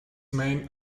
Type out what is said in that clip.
main